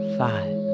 five